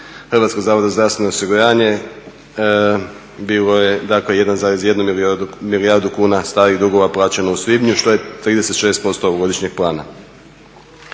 Hrvatskog zavoda za zdravstveno osiguranje. Bilo je dakle 1,1 milijardu kuna starih dugova plaćeno u svibnju što je 36% ovogodišnjeg plana.